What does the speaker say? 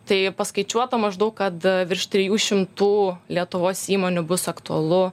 tai paskaičiuota maždaug kad virš trijų šimtų lietuvos įmonių bus aktualu